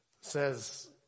says